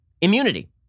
immunity